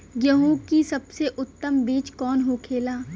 गेहूँ की सबसे उत्तम बीज कौन होखेला?